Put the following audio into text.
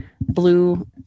blue